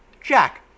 jack